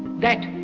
that